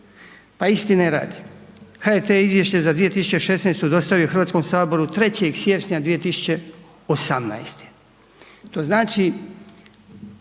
Pa istine radi, HRT je izvješće za 2016. dostavio Hrvatskom saboru 3. siječnja 2018., to znači